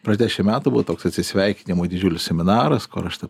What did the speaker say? prieš dešim metų buvo toks atsisveikinimo didžiulis seminaras kur aš taip